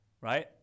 right